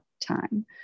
time